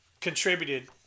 contributed